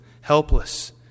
Helpless